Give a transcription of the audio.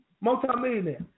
Multi-millionaire